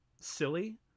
silly